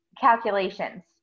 calculations